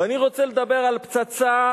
ואני רוצה לדבר על פצצה,